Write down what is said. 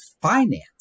finance